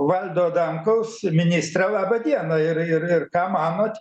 valdo adamkaus ministrą laba diena ir ir ir ką manote